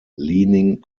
leaning